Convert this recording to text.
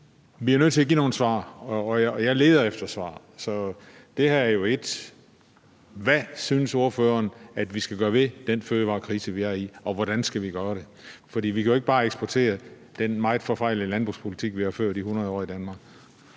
Vi er nødt til at give nogle svar, jeg leder efter svar, og det her er jo ét. Hvad synes ordføreren vi skal gøre ved den fødevarekrise, vi er i, og hvordan skal vi gøre det? Vi kan jo ikke bare eksportere den meget forfejlede landbrugspolitik, vi har ført i 100 år i Danmark?